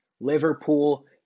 Liverpool